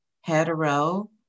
hetero